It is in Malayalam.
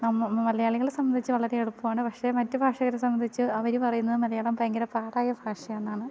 നമ്മൾ മലയാളികളെ സംബന്ധിച്ച് വളരെ എളുപ്പമാണ് പക്ഷെ മറ്റു ഭാഷക്കാരെ സംബന്ധിച്ച് അവർ പറയുന്നത് മലയാളം ഭയങ്കര പാടായ ഭാഷയാണെന്നാണ്